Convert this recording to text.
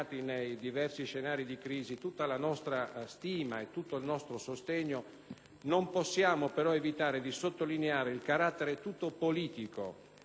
non possiamo però evitare di sottolineare il carattere tutto politico sotteso all'assorbimento di questi gravosi impegni da parte del nostro Paese.